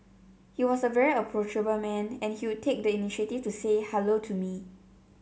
he was a very approachable man and he would take the initiative to say hello to me